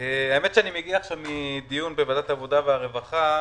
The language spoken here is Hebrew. מגיע עכשיו מדיון בוועדת העבודה והרווחה,